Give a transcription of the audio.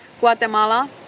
Guatemala